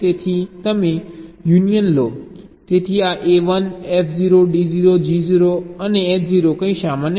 તેથી તમે યુનિયન લો તેથી આ A1 F0 D0 G0 અને H0 કંઈ સામાન્ય નથી